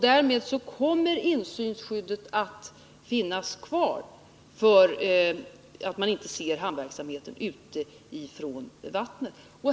Därmed kommer också insynsskyddet att finnas kvar, så att man inte ser hamnverksamheten från vattnet.